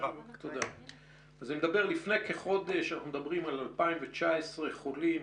אז לפני כחודש אנחנו מדברים על 2019 חולים,